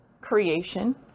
creation